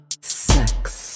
sex